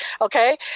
okay